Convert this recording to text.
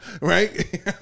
Right